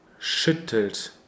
Schüttelt